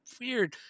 weird